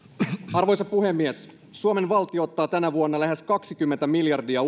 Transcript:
arvoisa puhemies suomen valtio ottaa tänä vuonna uutta velkaa lähes kaksikymmentä miljardia